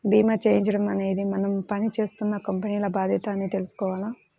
భీమా చేయించడం అనేది మనం పని జేత్తున్న కంపెనీల బాధ్యత అని తెలుసుకోవాల